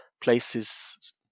places